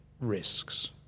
risks